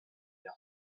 tio